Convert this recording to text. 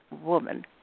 woman